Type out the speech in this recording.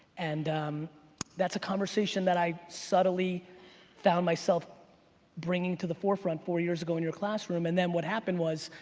and um that's a conversation that i subtly found myself bringing to the forefront four years ago in your classroom and then what happened was,